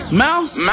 mouse